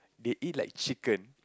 they eat like chicken